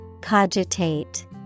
Cogitate